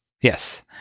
Yes